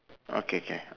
okay K